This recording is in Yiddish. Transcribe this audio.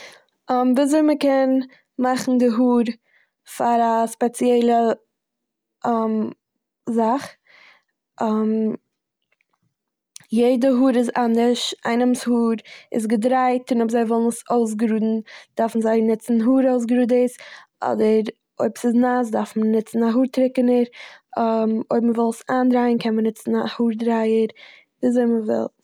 וויזוי מ'קען מאכן די האר פאר א ספעציעלע זאך. יעדע האר איז אנדערש, איינעם'ס האר איז געדרייט און אויב זיי ווילן עס אויסגראדן דארפן זיי נוצן האר אויסגראדערס, אדער אויב ס'איז נאס דארף מען נוצן א האר טריקענער, אויב מ'וויל עס איינדרייען קען מען נוצן א האר דרייער. וויזוי מ'וויל...